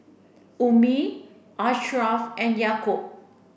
Ummi Ashraff and Yaakob